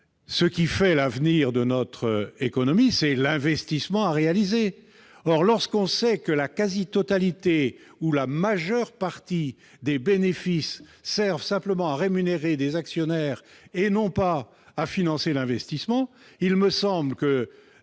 ce qui fait l'avenir de notre économie, c'est l'investissement à réaliser. Or, lorsque l'on sait que la quasi-totalité ou la majeure partie des bénéfices servent simplement à rémunérer les actionnaires et non pas à financer l'investissement, il me semble que